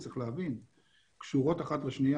אני חושב שזאת מהפכה